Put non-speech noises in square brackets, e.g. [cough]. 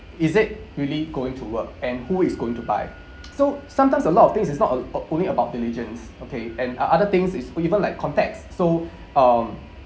is it really going to work and who is going to buy [noise] so sometimes a lot of things is not on~ o~ only about diligence okay and are other things is even like contacts so um